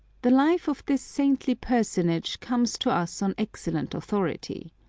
the life of this saintly personage comes to us on excellent authority.